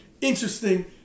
interesting